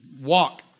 walk